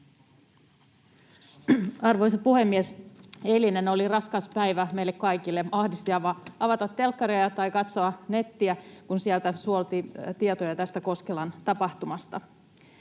Arvoisa puhemies! Eilinen oli raskas päivä meille kaikille. Ahdisti avata telkkaria tai katsoa nettiä, kun sieltä suolti tietoja tästä Koskelan tapahtumasta.